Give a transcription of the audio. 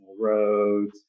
roads